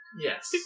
Yes